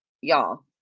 y'all